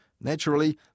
naturally